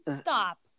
stop